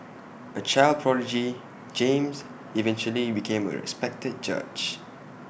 A child prodigy James eventually became A respected judge